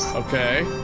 okay.